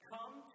Come